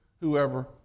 whoever